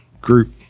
group